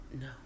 No